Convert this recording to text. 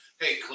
Hey